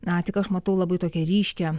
na tik aš matau labai tokią ryškią